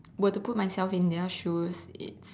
were to put myself in their shoes it's